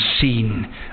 seen